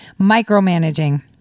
micromanaging